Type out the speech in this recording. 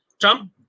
Trump